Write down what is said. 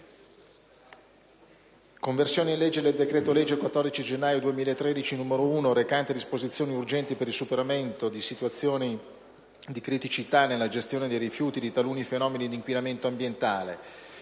con modificazioni, del decreto-legge 14 gennaio 2013, n. 1, recante disposizioni urgenti per il superamento di situazioni di criticità nella gestione dei rifiuti e di taluni fenomeni di inquinamento ambientale